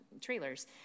trailers